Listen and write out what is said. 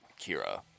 Kira